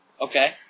Okay